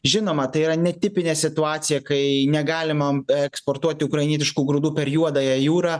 žinoma tai yra netipinė situacija kai negalima eksportuoti ukrainietiškų grūdų per juodąją jūrą